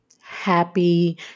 Happy